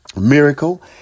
Miracle